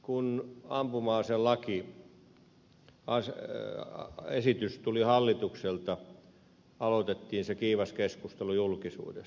kun ampuma aselakiesitys tuli hallitukselta aloitettiin kiivas keskustelu julkisuudessa